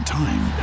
time